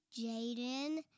Jaden